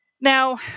Now